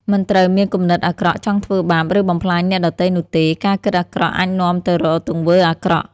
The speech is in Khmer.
មិនត្រូវមានគំនិតអាក្រក់ ចង់ធ្វើបាប ឬបំផ្លាញអ្នកដទៃនោះទេ ការគិតអាក្រក់អាចនាំទៅរកទង្វើអាក្រក់។